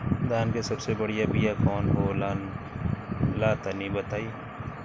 धान के सबसे बढ़िया बिया कौन हो ला तनि बाताई?